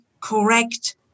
correct